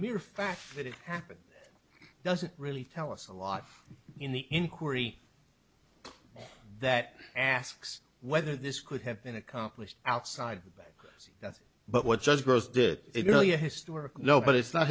mere fact that it happened doesn't really tell us a lot in the inquiry that asks whether this could have been accomplished outside yes but what just first did it really historic know but it's not